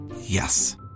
Yes